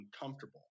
uncomfortable